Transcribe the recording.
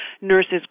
Nurses